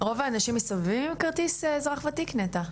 רוב האנשים מסתובבים עם כרטיס אזרח וותיק, נטע?